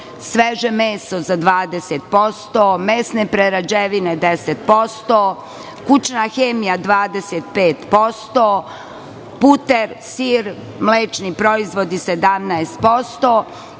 sveže meso za 20%, mesne prerađevine 10%, kućna hemija 25%, puter, sir i mlečni proizvodi 17%